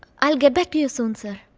i will get back to you soon, sir.